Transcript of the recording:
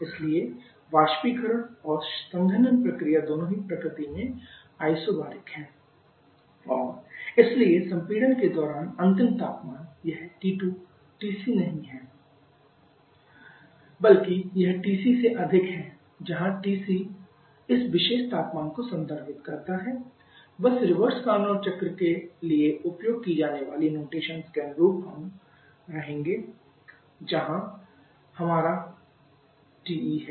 इसलिए वाष्पीकरण और संघनन प्रक्रिया दोनों ही प्रकृति में आइसोबारिक है और इसलिए संपीड़न के दौरान अंतिम तापमान यह T2 TC नहीं है बल्कि यह TC से अधिक है जहां TC इस विशेष तापमान को संदर्भित करता है बस रिवर्स कार्नोत चक्र के लिए उपयोग की जाने वाली नोटेशंस के अनुरूप हम रहेंगे जहां यह हमारा TE है